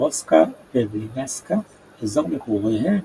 אוסטרובסקה וולינסקה - אזור מגוריהם